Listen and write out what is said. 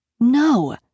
No